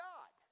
God